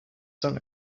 song